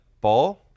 ball